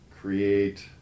create